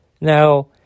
Now